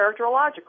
characterological